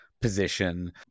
position